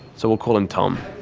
so we'll call him tom.